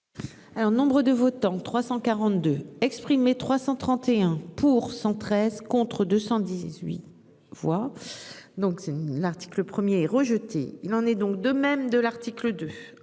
Un nombre de votants 342 exprimés, 331 pour, 113 contre, 218 voix. Donc c'est l'article 1er rejeté. Il en est donc de même de l'article de